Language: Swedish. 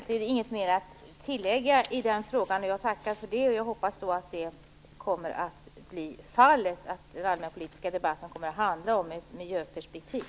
Fru talman! Jag har egentligen inte något mer att tillägga i den här frågan. Jag tackar för detta, och jag hoppas att det kommer att bli så att den allmänpolitiska debatten handlar om ett miljöperspektiv.